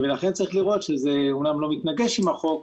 לכן צריך לראות שזה אמנם לא מתנגש עם החוק,